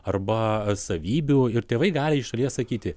arba savybių ir tėvai gali iš šalies sakyti